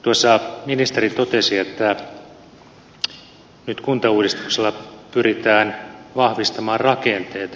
tuossa ministeri totesi että nyt kuntauudistuksella pyritään vahvistamaan rakenteita